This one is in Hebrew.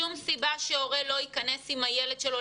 שום סיבה שהורה לא ייכנס עם הילד שלו.